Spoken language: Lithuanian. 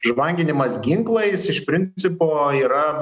žvanginimas ginklais iš principo yra